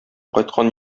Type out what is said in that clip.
кайткан